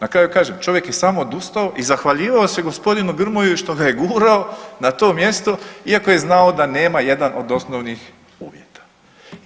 Na kraju kažem čovjek je sam odustao i zahvaljivao se gospodinu Grmoji što ga je gurao na to mjesto iako je znao da nema jedan od osnovnih uvjeta.